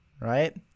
right